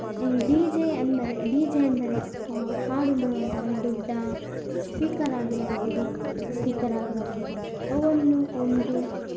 D J ಅಂದರೆ D J ಅಂದರೆ ಹಾಡು ಬರುವಂತಹ ದೊಡ್ಡ ಸ್ಪೀಕರ್ ಆಗಿರಬಹುದು ಸ್ಪೀಕರ್ ಆಗಿರಬಹುದು ಅವನ್ನು ಒಂದು